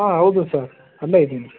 ಹಾಂ ಹೌದು ಸರ್ ಅಲ್ಲೇ ಇದ್ದೀನಿ